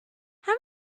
how